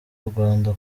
rwanda